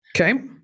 Okay